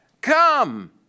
Come